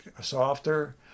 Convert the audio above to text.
softer